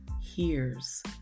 hears